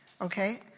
okay